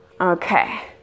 Okay